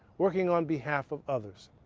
working on behalf of others.